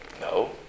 No